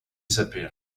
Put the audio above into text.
disappeared